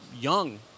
young